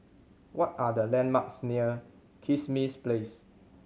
what are the landmarks near Kismis Place